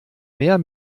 mehr